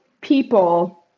people